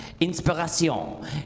inspiration